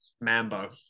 Mambo